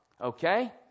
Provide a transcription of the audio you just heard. okay